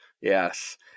yes